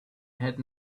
had